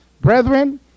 Brethren